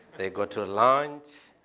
they go to lunch.